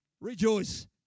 Rejoice